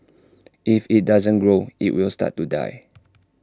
if IT doesn't grow IT will start to die